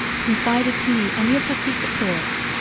confided to me any of her secret thoughts,